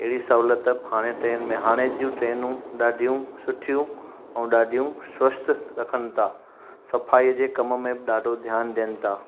अहिड़ी सहुलियत हाणे ट्रेन में हाणे जूं ट्रेनू ॾाढियूं सुठियूं ऐं ॾाढियूं सवस्थ रखनि था सफ़ाई जे कम में ॾाढो ध्यानु ॾियनि था